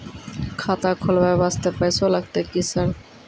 खाता खोलबाय वास्ते पैसो लगते की सर?